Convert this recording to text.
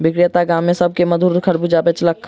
विक्रेता गाम में सभ के मधुर खरबूजा बेचलक